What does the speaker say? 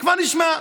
כבר נשמע.